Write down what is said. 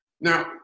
Now